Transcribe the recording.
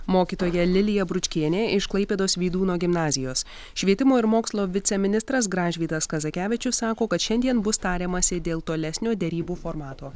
mokytoja lilija bručkienė iš klaipėdos vydūno gimnazijos švietimo ir mokslo viceministras gražvydas kazakevičius sako kad šiandien bus tariamasi dėl tolesnio derybų formato